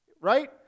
Right